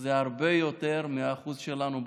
זה הרבה יותר מהשיעור שלנו באוכלוסייה.